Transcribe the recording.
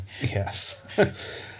Yes